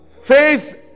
face